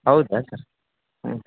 ಹೌದಾ ಸರ್ ಹ್ಞೂ